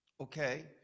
Okay